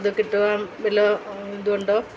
അതു കിട്ടുവാൻ വല്ല ഇതും ഉണ്ടോ